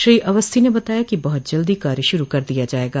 श्रो अवस्थी ने बताया कि बहुत जल्दी कार्य शुरू कर दिया जायेगा